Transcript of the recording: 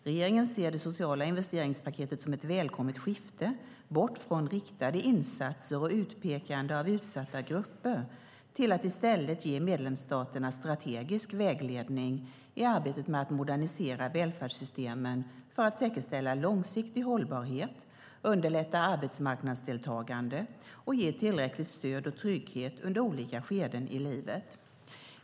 Regeringen ser det sociala investeringspaketet som ett välkommet skifte bort från riktade insatser och utpekande av utsatta grupper till att i stället ge medlemsstaterna strategisk vägledning i arbetet med att modernisera välfärdssystemen för att säkerställa långsiktig hållbarhet, underlätta arbetsmarknadsdeltagande och ge tillräckligt stöd och trygghet under olika skeden i livet.